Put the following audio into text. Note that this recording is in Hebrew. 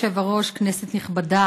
תודה לחבר הכנסת עיסאווי פריג'.